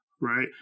right